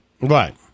Right